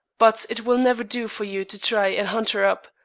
but it will never do for you to try and hunt her up.